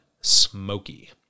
smoky